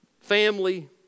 family